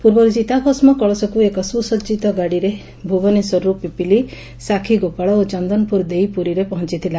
ପୂର୍ବରୁ ଚିତାଭସ୍କ କଳସକୁ ଏକ ସୁସଜିତ ଗାଡିରେ ଭୁବନେଶ୍ୱରରୁ ପିପିଲି ସାକ୍ଷୀଗୋପାଳ ଓ ଚନ୍ଦନପୁର ଦେଇ ପୁରୀରେ ପହଞ୍ ଥିଲା